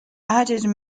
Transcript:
added